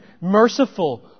merciful